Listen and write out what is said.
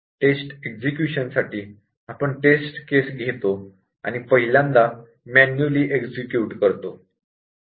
taste execution साठी आपण test case घेतो आणि पहिल्यांदा मॅन्युअली एक्झिक्युट करतो